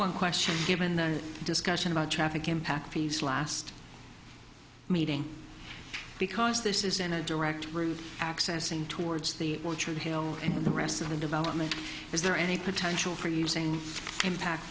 one question given their discussion about traffic impact piece last meeting because this isn't a direct route accessing towards the orchard hill in the rest of the development is there any potential for using impac